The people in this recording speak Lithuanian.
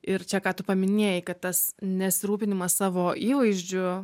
ir čia ką tu paminėjai kad tas nesirūpinimas savo įvaizdžiu